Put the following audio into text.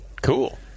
Cool